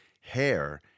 hair